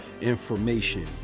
information